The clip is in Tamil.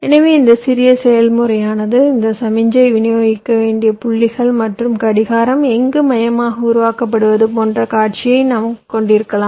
எனவே இந்த சிறிய செயல்முறையானது இந்த சமிக்ஞையை விநியோகிக்க வேண்டிய புள்ளிகள் மற்றும் கடிகாரம் எங்கு மையமாக உருவாக்கப்படுவது போன்ற ஒரு காட்சியை நாம் கொண்டிருக்கலாம்